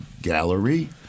Gallery